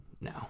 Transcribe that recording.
No